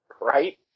Right